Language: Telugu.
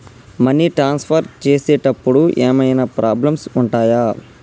మనీ ట్రాన్స్ఫర్ చేసేటప్పుడు ఏమైనా ప్రాబ్లమ్స్ ఉంటయా?